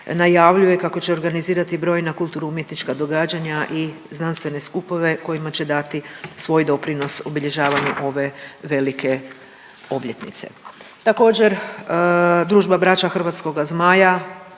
najavljuje kako će organizirati brojna kulturno-umjetnička događanja i znanstvene skupove kojima će dati svoj doprinos obilježavanju ove velike obljetnice. Također, Družba braća hrvatskoga zmaja